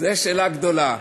זו שאלה גדולה.